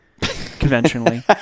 conventionally